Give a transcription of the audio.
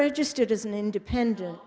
registered as an independent